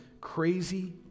crazy